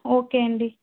okay అండి